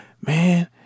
man